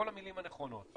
כל המילים הנכונות,